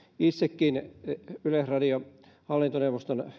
itsekin olen yleisradion hallintoneuvoston